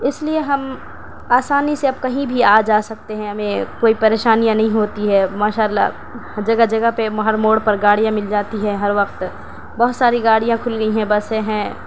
اس لیے ہم آسانی سے اب کہیں بھی آ جا سکتے ہیں ہمیں کوئی پریشانیاں نہیں ہوتی ہے ماشاءاللّہ جگہ جگہ پہ ہر موڑ پر گاڑیاں مل جاتی ہے ہر وقت بہت ساری گاڑیاں کھل گئی ہیں بسیں ہیں